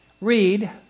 Read